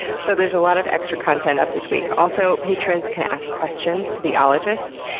so, there's a lot of extra content up this week. also, patrons can ask questions to the ologists.